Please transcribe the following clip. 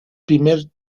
primer